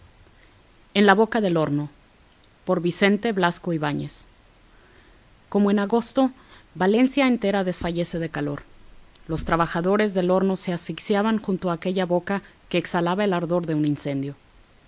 en la boca del horno como en agosto valencia entera desfallece de calor los trabajadores del horno se asfixiaban junto a aquella boca que exhalaba el ardor de un incendio